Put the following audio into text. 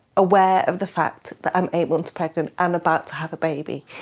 aware of the fact that i'm eight months pregnant and about to have a baby.